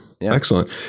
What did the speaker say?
Excellent